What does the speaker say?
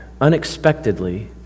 unexpectedly